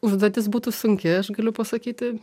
užduotis būtų sunki aš galiu pasakyti